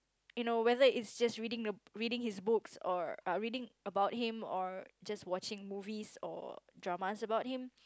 you know whether is just reading the reading his books or reading about him or just watching movies or dramas about him